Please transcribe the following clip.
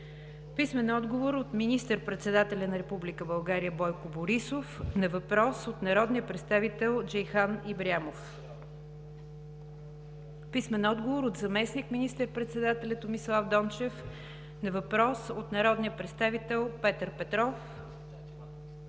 Писмени отговори от: - министър-председателя на Република България Бойко Борисов на въпрос от народния представител Джейхан Ибрямов; - заместник министър-председателя Томислав Дончев на въпрос от народния представител Петър Петров;